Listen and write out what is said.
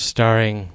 Starring